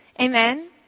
Amen